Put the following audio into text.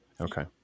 Okay